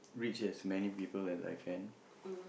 reach as many people as I can